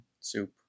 soup